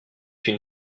une